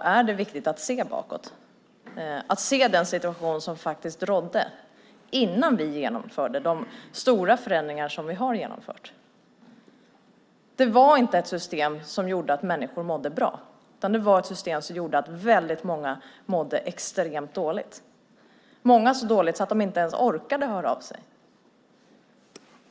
är det viktigt att se bakåt och se den situation som faktiskt rådde innan vi genomförde de stora förändringar som vi har genomfört. Det var inte ett system som gjorde att människor mådde bra, utan det var ett system som gjorde att väldigt många mådde extremt dåligt. Många mådde så dåligt att de inte ens orkade höra av sig.